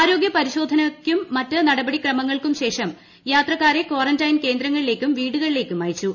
ആരോഗ്യപരിശോധനക്കും മറ്റ് നടപടിക്രമങ്ങൾക്കും ശേഷം യാത്രക്കാരെ കാറന്റൈൻ കേന്ദ്രങ്ങളിലേക്കും വീടുകളിലേക്കും അയച്ചു